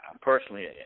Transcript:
personally